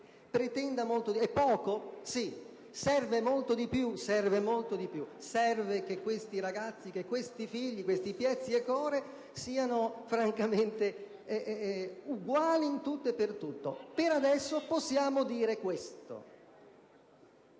È poco? Sì. Serve molto di più? Sì. Serve che questi ragazzi, questi figli, questi «piezz' 'e core» siano francamente uguali in tutto e per tutto. Per adesso possiamo dire questo: